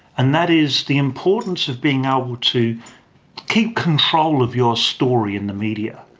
and that is the importance of being able to keep control of your story in the media.